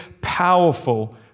powerful